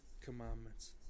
commandments